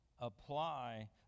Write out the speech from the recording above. apply